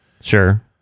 Sure